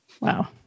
Wow